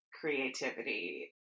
creativity